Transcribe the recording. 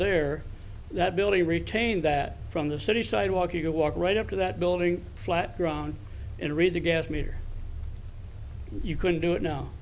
there that building retained that from the city sidewalk you walk right up to that building flat ground in a at the gas meter you couldn't do it now